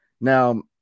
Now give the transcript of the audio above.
Now